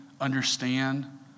understand